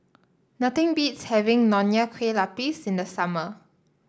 nothing beats having Nonya Kueh Lapis in the summer